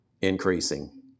increasing